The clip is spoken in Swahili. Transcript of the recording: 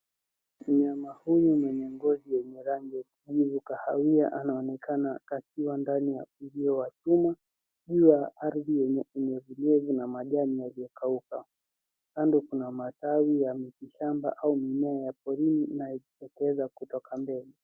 Mnyama huyu mwenye ngozi yenye rangi kijivu kahawia anaonekana akiwa ndani ya uzio wa chuma juu ya ardhi wenye unyevunyevu na majani yaliyokauka. Kando kuna matawi ya miti shamba au mimea ya porini inayojitokeza kutoka mbele.